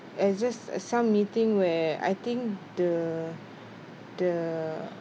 it's just some meeting where I think the the